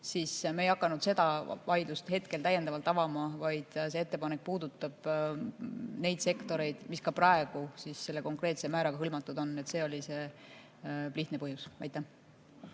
siis me ei hakanud seda vaidlust hetkel täiendavalt avama. See ettepanek puudutab neid sektoreid, mis ka praegu selle konkreetse määraga hõlmatud on. See oli lihtne põhjus. Ei